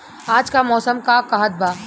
आज क मौसम का कहत बा?